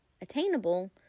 attainable